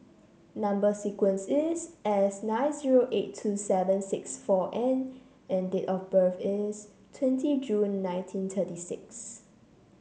number sequence is S nine zero eight two seven six four N and date of birth is twenty June nineteen thirty six